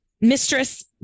mistress